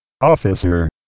officer